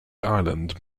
island